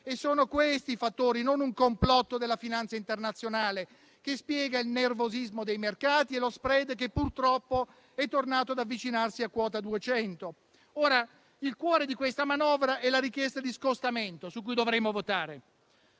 Sono questi i fattori, non un complotto della finanza internazionale, che spiegano il nervosismo dei mercati e lo *spread* che purtroppo è tornato ad avvicinarsi a quota 200. Ora, il cuore di questa manovra è la richiesta di scostamento su cui dovremo votare.